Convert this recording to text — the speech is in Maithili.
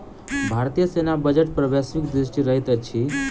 भारतीय सेना बजट पर वैश्विक दृष्टि रहैत अछि